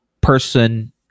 person